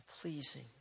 pleasing